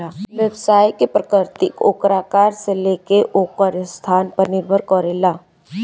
व्यवसाय के प्रकृति ओकरा आकार से लेके ओकर स्थान पर निर्भर करेला